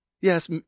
Yes